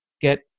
get